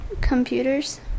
Computers